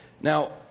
Now